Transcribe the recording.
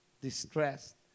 distressed